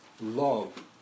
Love